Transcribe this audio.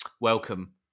welcome